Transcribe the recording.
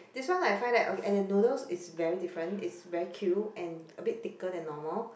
this one I find that okay and the noodles is very different is very Q and a bit thicker than normal